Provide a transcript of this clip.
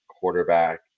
quarterback